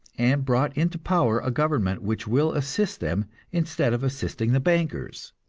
and brought into power a government which will assist them instead of assisting the bankers.